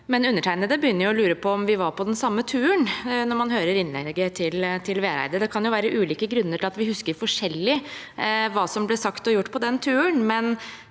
men undertegnede begynner å lure på om vi var på den samme turen når man hører innlegget til Vereide. Det kan være ulike grunner til at vi husker forskjellig hva som ble sagt og gjort på den turen,